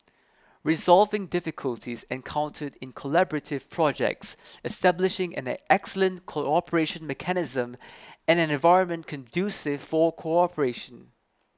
resolving difficulties encountered in collaborative projects establishing an excellent cooperation mechanism and an environment conducive for cooperation